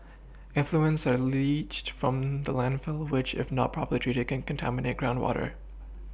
effluents are leached from the landfill which if not properly treated can contaminate groundwater